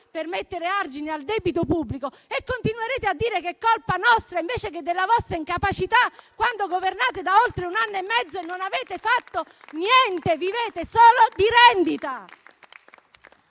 per mettere argini al debito pubblico e continuerete a dire che è colpa nostra, invece che della vostra incapacità, quando governate da oltre un anno e mezzo e non avete fatto niente. Vivete solo di rendita.